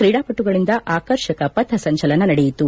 ಕ್ರೀಡಾಪಟುಗಳಿಂದ ಆಕರ್ಷಕ ಪಥಸಂಚಲನ ನಡೆಯಿತು